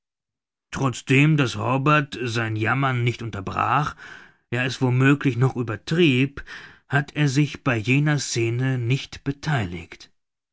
trotzdem daß hobbart sein jammern nicht unterbrach ja es wo möglich noch übertrieb hat er sich bei jener scene nicht betheiligt